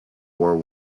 wore